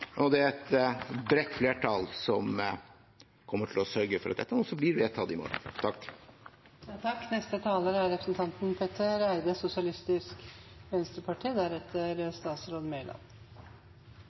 og det er et bredt flertall som kommer til å sørge for at dette også blir vedtatt i morgen. SV er glad for at dette forslaget er